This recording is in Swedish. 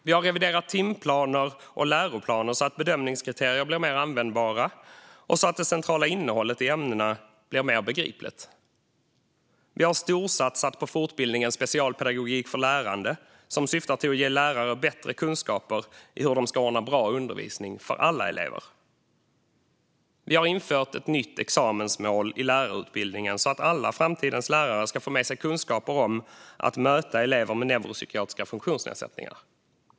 Vi har reviderat timplaner och läroplaner så att bedömningskriterier blir mer användbara och så att det centrala innehållet i ämnena blir mer begripligt. Vi har storsatsat på fortbildningen specialpedagogik för lärande, som syftar till att ge lärare bättre kunskaper i hur de ska ordna bra undervisning för alla elever. Vi har infört ett nytt examensmål i lärarutbildningen, så att alla framtidens lärare ska få med sig kunskaper om hur man möter elever med neuropsykiatriska funktionsnedsättningar.